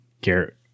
Garrett